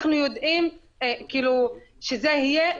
אנחנו יודעים כשזה יהיה,